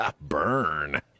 burn